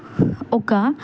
ఒక